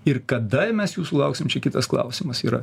ir kada mes jų sulauksim čia kitas klausimas yra